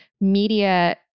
media